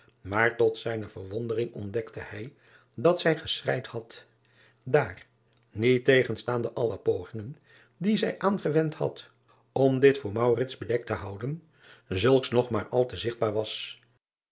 maar tot zijne verwondering ontdekte hij dat zij geschreid had daar niettegenstaande alle pogingen die zij aangewend had om dit voor bedekt te houden zulks nog maar maar al te zigtbaar was